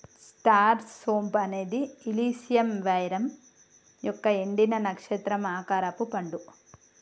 star సోంపు అనేది ఇలిసియం వెరమ్ యొక్క ఎండిన, నక్షత్రం ఆకారపు పండు